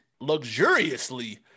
luxuriously